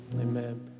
Amen